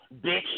bitch